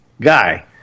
guy